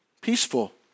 peaceful